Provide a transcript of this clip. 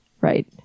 Right